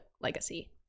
legacy